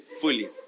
Fully